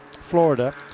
Florida